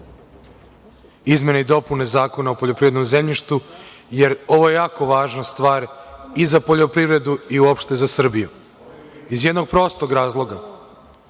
izmene i dopune Zakona o poljoprivrednom zemljištu, jer ovo je jako važna stvar i za poljoprivredu i uopšte za Srbiju, iz jednog prostog razloga,